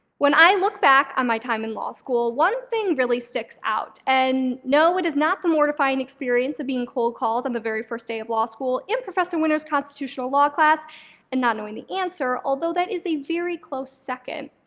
when i look back on my time in law school, one thing really sticks out and, no, it is not the mortifying experience of being cold called on the very first day of law school in professor winter's constitutional law class and not knowing the answer, although that is a very close second.